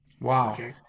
wow